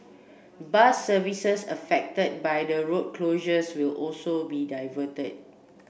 bus services affected by the road closures will also be diverted